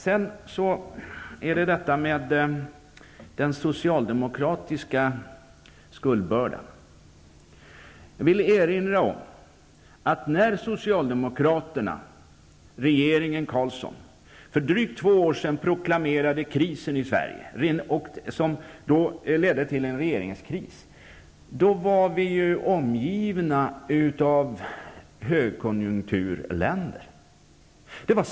Sedan skall jag ta upp den socialdemokratiska skuldbördan. Jag vill erinra om att vi, när socialdemokraterna och regeringen Carlsson för drygt två år sedan proklamerade krisen i Sverige, som ledde till en regeringskris, var omgivna av länder med högkonjunktur.